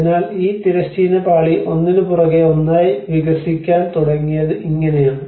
അതിനാൽ ഈ തിരശ്ചീന പാളി ഒന്നിനുപുറകെ ഒന്നായി വികസിക്കാൻ തുടങ്ങിയത് ഇങ്ങനെയാണ്